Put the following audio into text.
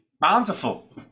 bountiful